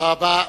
תודה רבה.